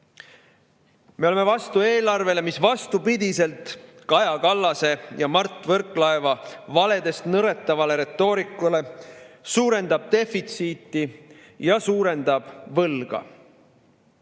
Me oleme vastu eelarvele, mis vastupidi Kaja Kallase ja Mart Võrklaeva valedest nõretavale retoorikale suurendab defitsiiti ja suurendab võlga. Meie